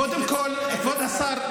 קודם כול, כבוד השר,